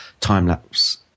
time-lapse